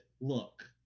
look